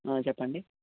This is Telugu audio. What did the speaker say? చెప్పండి